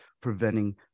preventing